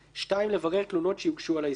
(2) לברר תלונות שיוגשו על ההסתדרות,